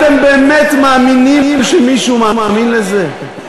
אתם באמת מאמינים שמישהו מאמין בזה?